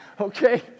Okay